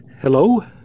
Hello